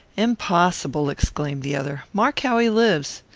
impossible, exclaimed the other. mark how he lives.